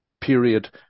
period